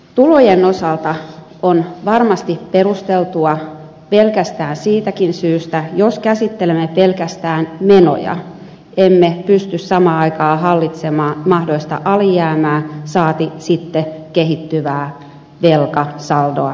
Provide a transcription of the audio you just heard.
tulojen osalta se on varmasti perusteltua pelkästään siitäkin syystä että jos käsittelemme pelkästään menoja emme pysty samaan aikaan hallitsemaan mahdollista alijäämää saati sitten kehittyvää velkasaldoa taseeseen